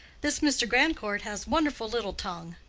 this mr. grandcourt has wonderful little tongue.